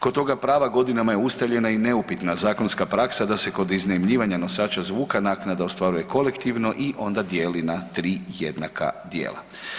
Kod toga prava godinama je ustaljena i neupitna zakonska praksa da se kod iznajmljivanja nosača zvuka naknada ostvaruje kolektivno i onda dijeli na 3 jednaka dijela.